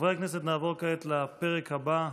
חברי הכנסת, נעבור כעת לפרק הבא.